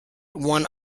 one